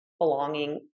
belonging